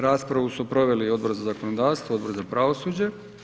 Raspravu su proveli Odbor za zakonodavstvo i Odbor za pravosuđe.